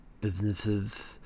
businesses